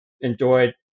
enjoyed